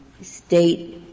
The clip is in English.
State